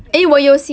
eh maybe